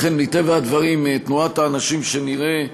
לכן, מטבע הדברים, תנועת האנשים שנראה,